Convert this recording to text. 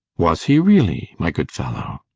was he really, my good fellow?